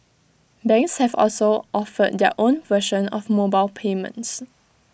banks have also offered their own version of mobile payments